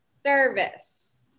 service